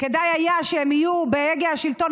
כדאי היה שהם יהיו בהגה השלטון,